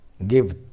give